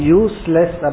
useless